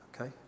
Okay